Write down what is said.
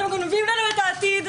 אתם גונבים לנו את העתיד.